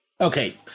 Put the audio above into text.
Okay